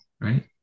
right